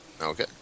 Okay